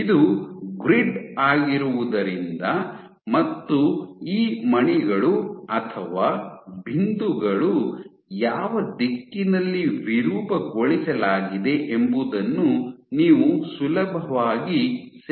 ಇದು ಗ್ರಿಡ್ ಆಗಿರುವುದರಿಂದ ಮತ್ತು ಈ ಮಣಿಗಳು ಅಥವಾ ಬಿಂದುಗಳು ಯಾವ ದಿಕ್ಕಿನಲ್ಲಿ ವಿರೂಪಗೊಳಿಸಲಾಗಿದೆ ಎಂಬುದನ್ನು ನೀವು ಸುಲಭವಾಗಿ ಸೆರೆಹಿಡಿಯಬಹುದು